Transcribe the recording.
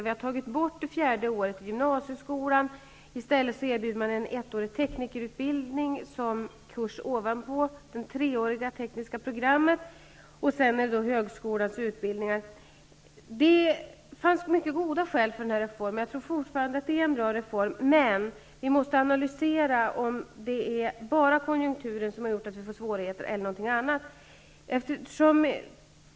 Vi har tagit bort det fjärde året i gymnasieskolan, och i stället erbjuds en ettårig teknikerutbildning som kurs ovanpå det treåriga tekniska programmet. Sedan finns högskolans utbildningar. Det fanns mycket goda skäl för den här reformen -- som jag fortfarande tror är en bra reform -- men vi måste analysera om det är bara konjunkturen eller någonting annat som har gjort att det har uppstått svårigheter.